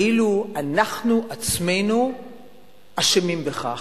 כאילו אנחנו עצמנו אשמים בכך.